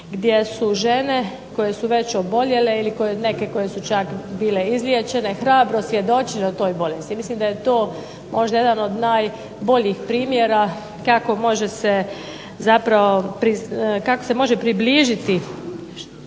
gdje su žene koje su već oboljele, ili neke koje su čak bile izliječene hrabro svjedočile o toj bolesti. Mislim da je to možda jedan od najboljih primjera kako može se